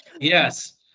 Yes